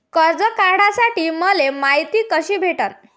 कर्ज काढासाठी मले मायती कशी भेटन?